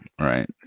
right